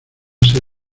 ser